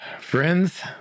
Friends